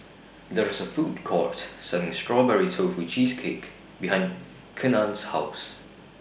There IS A Food Court Selling Strawberry Tofu Cheesecake behind Kenan's House